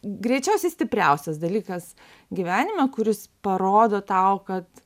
greičiausiai stipriausias dalykas gyvenime kuris parodo tau kad